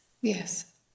Yes